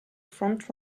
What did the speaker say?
front